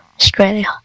Australia